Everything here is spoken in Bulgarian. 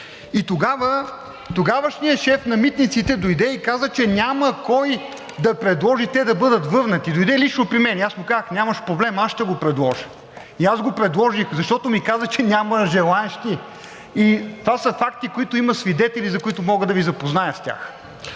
тогавашният шеф на митниците дойде и каза, че няма кой да предложи те да бъдат върнати. Дойде лично при мен и аз му казах: нямаш проблем, аз ще го предложа. И аз го предложих, защото ми каза, че няма желаещи. Това са факти, за които има свидетели, мога да Ви запозная с тях.